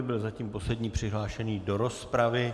Byl zatím poslední přihlášený do rozpravy.